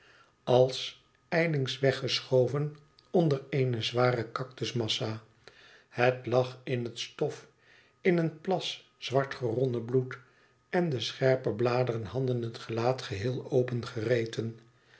als ijlings weggeschoven onder eene zware cactus massa het lag in het stof in een plas zwart geronnen bloed en de scherpe bladeren hadden het gelaat geheel